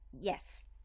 Yes